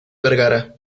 vergara